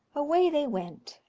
away they went,